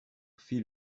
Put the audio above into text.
fit